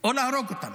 או להרוג אותם